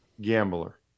Gambler